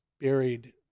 buried